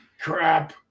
crap